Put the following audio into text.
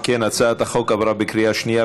אם כן, הצעת החוק עברה בקריאה שנייה.